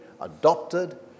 adopted